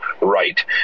right